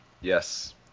Yes